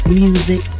music